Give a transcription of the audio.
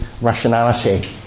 rationality